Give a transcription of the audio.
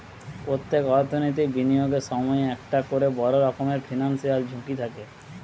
পোত্তেক অর্থনৈতিক বিনিয়োগের সময়ই একটা কোরে বড় রকমের ফিনান্সিয়াল ঝুঁকি থাকে